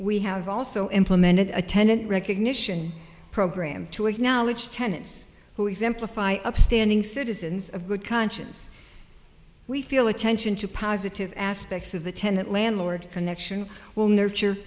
we have also implemented a tenant recognition program to acknowledge tenants who exemplify upstanding citizens of good conscience we feel attention to positive aspects of the tenant landlord connection will nurture